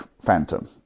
Phantom